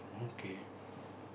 okay